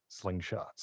slingshots